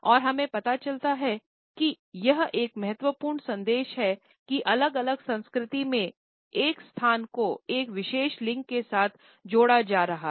और हमें पता चलता है कि यह एक महत्वपूर्ण संदेश है की अलग अलग संस्कृति में एक स्थान को एक विशेष लिंग के साथ जोड़ा जा रहा है